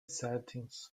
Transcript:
settings